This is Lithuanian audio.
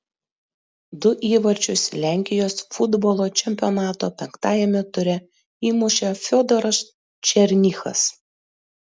du įvarčius lenkijos futbolo čempionato penktajame ture įmušė fiodoras černychas